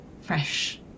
fresh